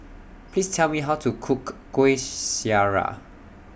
Please Tell Me How to Cook Kuih Syara